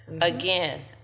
Again